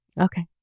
okay